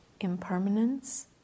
impermanence